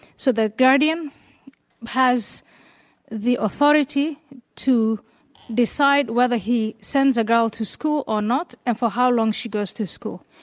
so the guardian has the authority to decide whether he sends a girl to school or not, and for how long she goes to school.